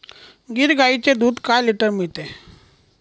गीर गाईचे दूध काय लिटर मिळते?